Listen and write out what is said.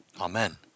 Amen